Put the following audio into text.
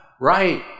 right